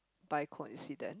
by coincident